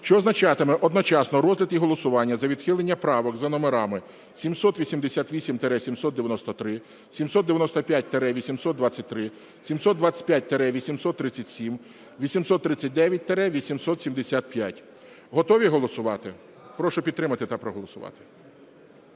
що означатиме одночасно розгляд і голосування за відхилення правок за номерами: 788-793, 795-823, 725-837, 839-875. Готові голосувати? Прошу підтримати та проголосувати.